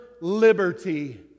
liberty